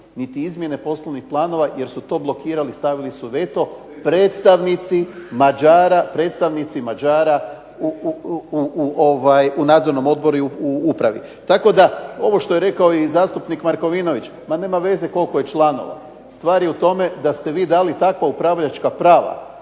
niti izmjene poslovnih planova jer su to blokirali, stavili su veto predstavnici Mađara u nadzornom odboru i u upravi. Tako da ovo što je rekao i zastupnik Markovinović, ma nema veze koliko je članova, stvar je u tome da ste vi dali takva upravljačka prava